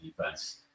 defense